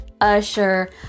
usher